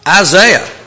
Isaiah